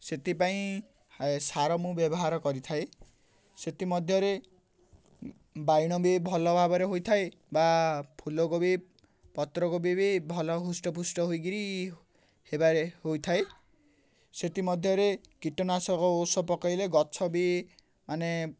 ସେଥିପାଇଁ ସାର ମୁଁ ବ୍ୟବହାର କରିଥାଏ ସେଥିମଧ୍ୟରେ ବାଇଗଣ ବି ଭଲ ଭାବରେ ହୋଇଥାଏ ବା ଫୁଲକୋବି ପତ୍ରକୁ ବି ବି ଭଲ ହୃଷ୍ଟପୃଷ୍ଟ ହୋଇକିରି ହେବାରେ ହୋଇଥାଏ ସେଥିମଧ୍ୟରେ କୀଟନାଶକ ଔଷଧ ପକେଇଲେ ଗଛ ବି ମାନେ